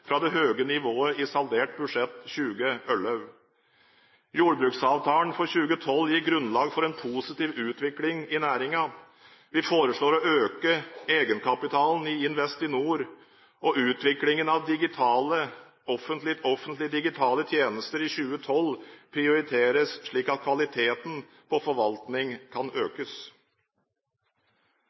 fra det høye nivået i saldert budsjett 2011. Jordbruksavtalen for 2012 gir grunnlag for en positiv utvikling i næringen. Vi foreslår å øke egenkapitalen i Investinor. Utviklingen av offentlige digitale tjenester i 2012 prioriteres, slik at kvaliteten på forvaltning kan økes.